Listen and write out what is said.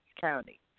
County